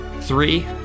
three